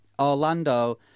Orlando